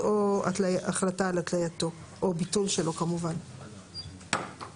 ואנחנו לא רוצים שתהיה אי הבנה,